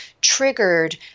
triggered